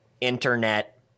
internet